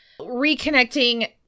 reconnecting